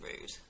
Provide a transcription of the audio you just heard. rude